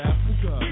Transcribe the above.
Africa